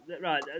Right